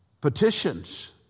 petitions